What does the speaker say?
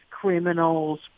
criminals